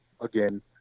again